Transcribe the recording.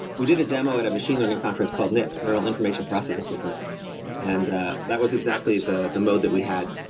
we did a demo at a machine learning conference called nips, neural information processing system and that was exactly the the mode that we had.